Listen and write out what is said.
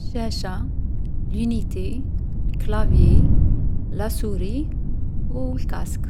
الشاشة. لونيتي. الكلافيي. لاسوري. وو الكاسك.